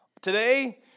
Today